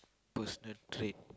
personal trait